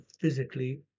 physically